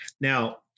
Now